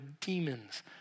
demons